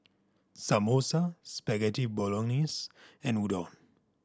Samosa Spaghetti Bolognese and Udon